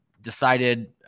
decided